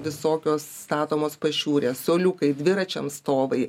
visokios statomos pašiūrės suoliukai dviračiams stovai